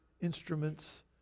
instruments